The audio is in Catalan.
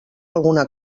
alguna